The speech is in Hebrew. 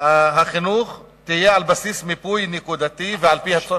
החינוך תהיה על בסיס מיפוי נקודתי ועל-פי הצורך,